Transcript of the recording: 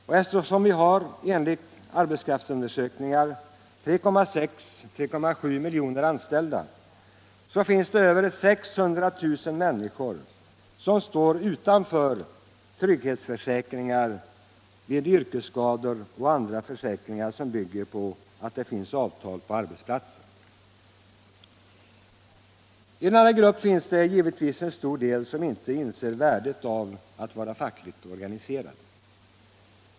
Och eftersom vi enligt arbetskraftsundersökningar har 3,6-3,7 miljoner anställda, så finns det över 600 000 människor som står utanför trygghetsförsäkringar vid yrkesskador och andra försäkringar som bygger på att man har avtal på arbetsplatsen. I denna grupp finns det givetvis många som inte inser värdet av att vara fackligt organiserad.